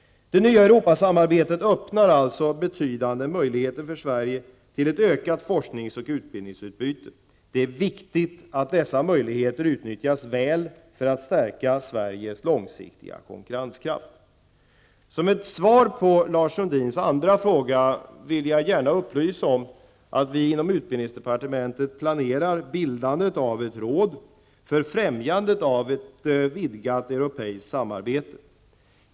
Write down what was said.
Det nya Europasamarbetet öppnar alltså betydande möjligheter för Sverige till ett ökat forsknings och utbildningsutbyte. Det är viktigt att dessa möjligheter utnyttjas väl, för att Sveriges långsiktiga konkurrenskraft skall kunna stärkas. Som svar på Lars Sundins andra fråga vill jag gärna upplysa om att vi inom utbildningsdepartementet planerar bildandet av ett råd för främjandet av ett vidgat europeiskt samarbete.